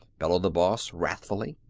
bellowed the boss, wrathfully.